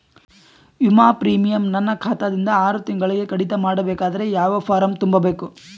ವಿಮಾ ಪ್ರೀಮಿಯಂ ನನ್ನ ಖಾತಾ ದಿಂದ ಆರು ತಿಂಗಳಗೆ ಕಡಿತ ಮಾಡಬೇಕಾದರೆ ಯಾವ ಫಾರಂ ತುಂಬಬೇಕು?